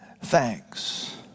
thanks